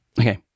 Okay